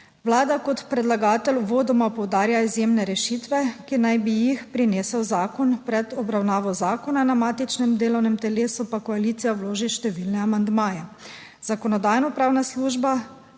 Vlada kot predlagatelj uvodoma poudarja izjemne rešitve, ki naj bi jih prinesel zakon pred obravnavo zakona, na matičnem delovnem telesu pa koalicija vloži številne amandmaje. Zakonodajnopravna služba,